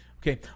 Okay